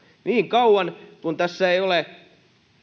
niin kauan kuin tässä keskustelussa eivät